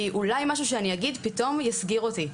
אולי משהו שאני אגיד פתאום יסגיר אותי,